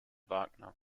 wagner